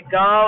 go